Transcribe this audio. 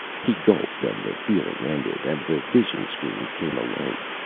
he gulped, and the feeling ended, and the vision screens came alight.